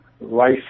life